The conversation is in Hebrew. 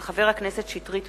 מאת חבר הכנסת צחי הנגבי וקבוצת